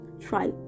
try